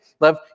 Love